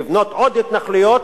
לבנות עוד התנחלויות,